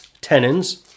tenons